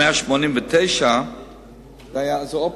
189 מיליון, הוא אופציה.